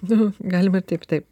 nu galima taip taip